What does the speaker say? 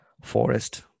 forest